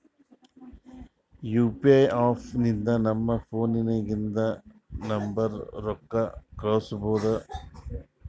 you P I app ಲಿಂತ ನಮ್ ಫೋನ್ನಾಗಿಂದ ನಂಬರ್ಗ ರೊಕ್ಕಾ ಕಳುಸ್ಬೋದ್